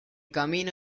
camino